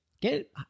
Get